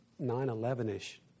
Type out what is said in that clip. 9-11-ish